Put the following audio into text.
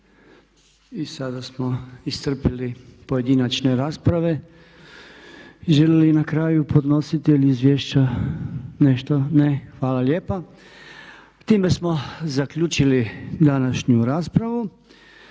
I sada smo iscrpili pojedinačne rasprave. Želi li na kraju podnositelj izvješća nešto? Ne. Hvala lijepa. Time smo zaključili današnju raspravu.